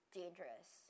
dangerous